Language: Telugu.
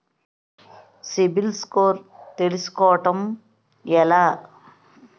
సిబిల్ స్కోర్ తెల్సుకోటం ఎలా?